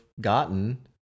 gotten